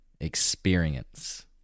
experience